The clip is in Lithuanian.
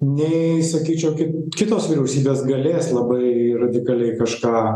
nei sakyčiau ki kitos vyriausybės galės labai radikaliai kažką